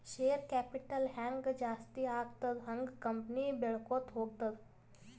share capital ಹ್ಯಾಂಗ್ ಜಾಸ್ತಿ ಆಗ್ತದ ಹಂಗ್ ಕಂಪನಿ ಬೆಳ್ಕೋತ ಹೋಗ್ತದ